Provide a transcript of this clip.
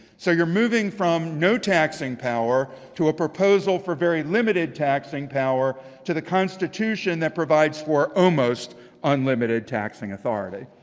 so you're moving from no taxing power to a proposal for very limited taxing power to the constitution that provides for almost unlimited taxing authority.